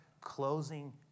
closing